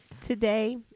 Today